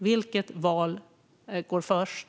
Vilket alternativ går först?